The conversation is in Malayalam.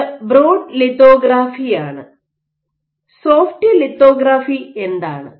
ഇത് ബ്രോഡ് ലിത്തോഗ്രാഫി ആണ് സോഫ്റ്റ് ലിത്തോഗ്രാഫി എന്താണ്